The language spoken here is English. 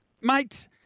mate